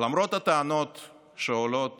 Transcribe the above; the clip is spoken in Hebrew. למרות הטענות שעולות